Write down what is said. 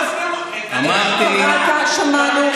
שמענו.